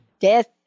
Death